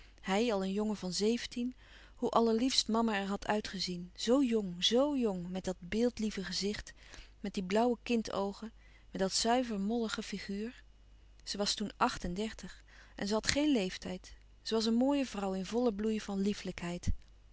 hij al een jongen van zeventien hoe allerliefst mama er had uitgezien zoo jong zo jong met dat beeldlieve gezichtje met die blauwe kindoogen met dat zuiver mollige figuur ze was toen àcht en dertig en ze had geen leeftijd ze was een mooie vrouw in vollen bloei van